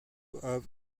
have